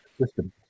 system